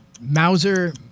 Mauser